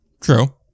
True